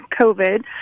COVID